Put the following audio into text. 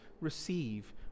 receive